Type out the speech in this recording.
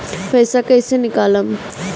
पैसा कैसे निकालम?